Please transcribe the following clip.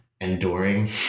enduring